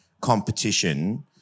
competition